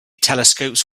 telescopes